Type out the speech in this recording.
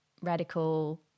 radical